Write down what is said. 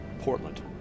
Portland